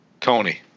tony